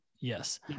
Yes